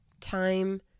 time